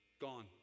gone